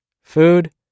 Food